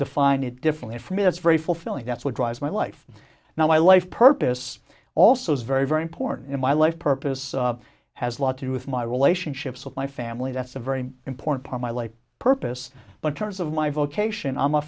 define it differently for me it's very fulfilling that's what drives my life now my life purpose also is very very important in my life purpose has a lot to do with my relationships with my family that's a very important part my life purpose but terms of my vocation i'm a